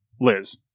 Liz